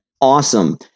awesome